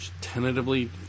tentatively